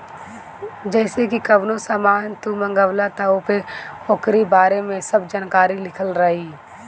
जइसे की कवनो सामान तू मंगवल त ओपे ओकरी बारे में सब जानकारी लिखल रहि